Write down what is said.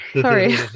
Sorry